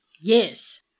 Yes